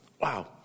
Wow